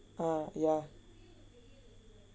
err ya